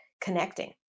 connecting